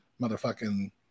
motherfucking